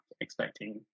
expecting